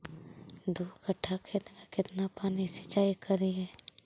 दू कट्ठा खेत में केतना पानी सीचाई करिए?